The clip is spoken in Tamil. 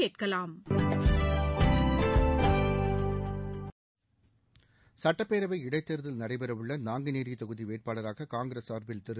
சுட்டப்பேரவை இடைத்தேர்தல் நடைபெறவுள்ள நாங்குநேரி தொகுதி வேட்பாளராக காங்கிரஸ் சார்பில் திரு